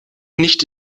nicht